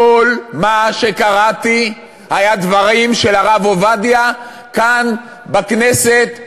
כל מה שקראתי היה דברים של הרב עובדיה כאן, בכנסת,